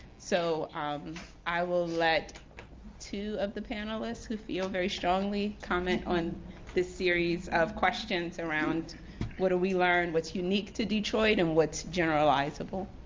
so um i will let two of the panelists who feel very strongly comment on this series of questions around what do we learn, what's unique to detroit, and what's generalizable?